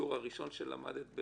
השיעור הראשון שלמדת?